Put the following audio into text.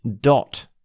dot